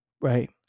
right